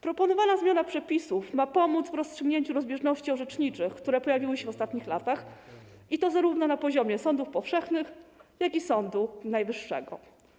Proponowana zmiana przepisów ma pomóc w rozstrzygnięciu rozbieżności orzeczniczych, które pojawiły się w ostatnich latach, i to zarówno na poziomie sądów powszechnych, jak i na poziomie Sądu Najwyższego.